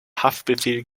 haftbefehl